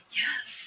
yes